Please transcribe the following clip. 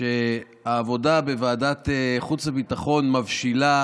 שהעבודה בוועדת החוץ והביטחון מבשילה